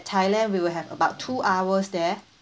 thailand we will have about two hours there